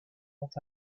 vent